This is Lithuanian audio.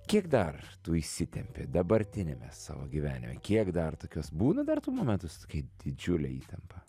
kiek dar tų įsitempti dabartiniame savo gyvenime kiek dar tokios būna dar tų momentų su tokia didžiule įtampa